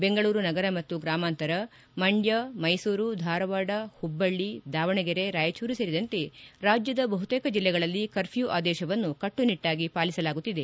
ಬೆಂಗಳೂರು ನಗರ ಮತ್ತು ಗ್ರಾಮಾಂತರ ಮಂಡ್ಲ ಮ್ಸೆಸೂರು ಧಾರವಾಡ ಹುಬ್ಲಳ್ಳ ದಾವಣಗೆರೆ ರಾಯಚೂರು ಸೇರಿದಂತೆ ರಾಜ್ಯದ ಬಹುತೇಕ ಜಿಲ್ಲೆಗಳಲ್ಲಿ ಕರ್ಫ್ಕೂ ಆದೇಶವನ್ನು ಕಟ್ಟುನಿಟ್ಟಾಗಿ ಪಾಲಿಸಲಾಗುತ್ತಿದೆ